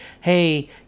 Hey